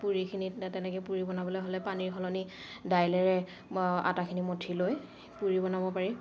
পুৰিখিনিত তেনেকৈ পুৰি বনাবলৈ হ'লে পানীৰ সলনি দাইলেৰে আটাখিনি মঠি লৈ পুৰি বনাব পাৰি